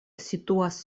situas